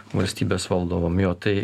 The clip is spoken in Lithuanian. valstybės valdomom jo tai